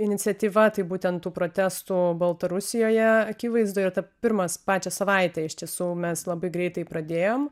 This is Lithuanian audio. iniciatyva tai būtent tų protestų baltarusijoje akivaizdoj ir ta pirmas pačią savaitę iš tiesų mes labai greitai pradėjom